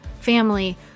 family